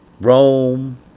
Rome